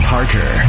Parker